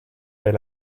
est